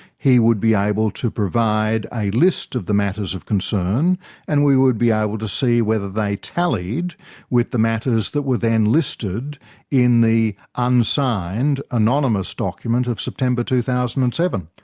he would be able to provide a list of the matters of concern and we would be able to see whether they tallied with the matters that were then listed in the unsigned, anonymous document of september of two thousand and seven.